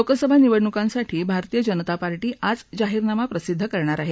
लोकसभा निवडणुकांसाठी भारतीय जनता पार्टी आज जाहीरनामा प्रसिद्ध करणार आहे